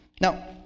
Now